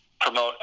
promote